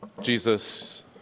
Jesus